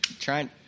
try